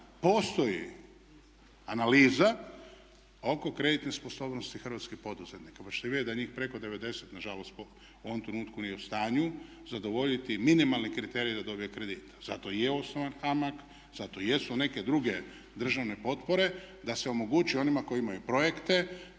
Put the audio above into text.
postoji analiza oko kreditne sposobnosti hrvatskih poduzetnika pa ćete vidjeti da njih preko 90 nažalost u ovom trenutku nije u stanju zadovoljiti minimalni kriterij da dobije kredit. Zato i je osnovan HAMAG, zato i jesu neke druge državne potpore da se omogući onima koji imaju projekte,